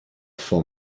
vor